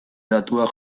datuak